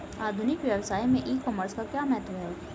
आधुनिक व्यवसाय में ई कॉमर्स का क्या महत्व है?